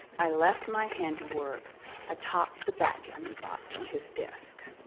i left my handiwork atop the backgammon box on his desk.